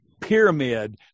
pyramid